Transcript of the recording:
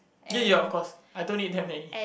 ya ya of course I don't need that many